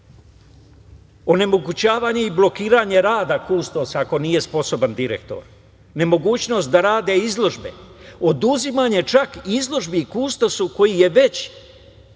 onemogućavanje i blokiranje rada kustosa, ako nije sposoban direktor, nemogućnost da rade izložbe, oduzimanje čak izložbi kustosu koji je već